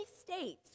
states